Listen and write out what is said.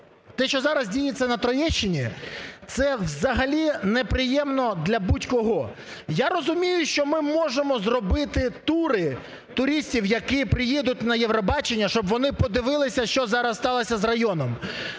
Те, що зараз діється на Троєщині, це взагалі неприємно для будь-кого. Я розумію, що ми можемо зробити тури туристів, які приїдуть на "Євробачення", щоб вони подивилися, що зараз сталося з районом.